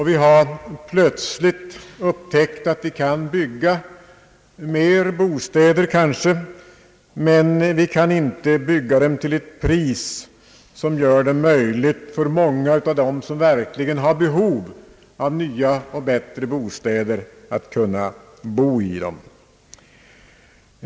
Vi har plötsligt upptäckt att vi kanske kan bygga mer bostäder, men vi kan inte bygga dem till ett pris som gör det möjligt för många av dem som verkligen har behov av nya och bättre bostäder att bo i dem.